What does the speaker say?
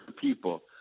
people